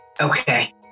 Okay